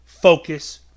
Focus